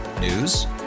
News